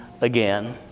again